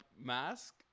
mask